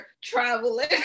traveling